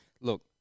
Look